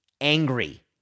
angry